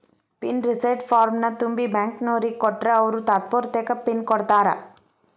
pin reset ಫಾರ್ಮ್ನ ತುಂಬಿ ಬ್ಯಾಂಕ್ನೋರಿಗ್ ಕೊಟ್ರ ಅವ್ರು ತಾತ್ಪೂರ್ತೆಕ ಪಿನ್ ಕೊಡ್ತಾರಾ